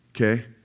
okay